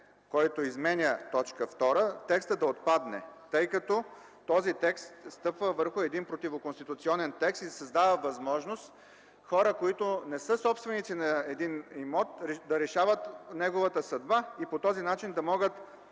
който изменя т. 2, текстът да отпадне, тъй като стъпва върху един противоконституционен текст и създава възможност хора, които не са собственици на един имот, да решават неговата съдба и по този начин да могат